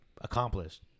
accomplished